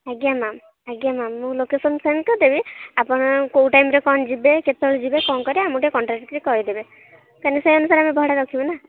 ଆଜ୍ଞା ମ୍ୟାମ୍ ଆଜ୍ଞା ମ୍ୟାମ୍ ମୁଁ ଲୋକେସନ୍ ସେଣ୍ଡ କରିଦେବି ଆପଣ କେଉଁ ଟାଇମ୍ରେ କ'ଣ ଯିବେ କେତେବେଳେ ଯିବେ କ'ଣ କରିବେ ଆମକୁ ଟିକେ କଣ୍ଟା କରି କହିଦେବେ କାହିଁକି ନାଁ ସେଇ ଅନୁସାରେ ଆମେ ଭଡ଼ା ରଖିବୁ ନାଁ